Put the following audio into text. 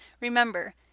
remember